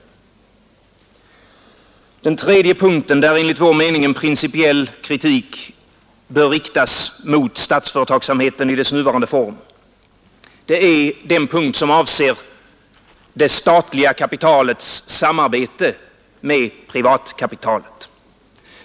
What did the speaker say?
Den tredje punkten, där enligt vår mening en principiell kritik bör riktas mot statsföretagsamheten i dess nuvarande form, är den punkt som avser det statliga kapitalets samarbete med privatkapitalet.